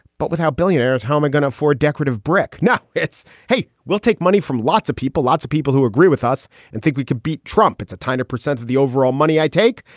but with how billionaires, how am i going to afford decorative brick? now, it's hey, we'll take money from lots of people, lots of people who agree with us and think we could beat trump. it's a tiny percent of the overall money i take.